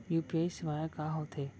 UPI सेवाएं का होथे